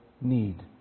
need